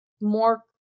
More